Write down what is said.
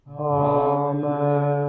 Amen